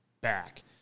back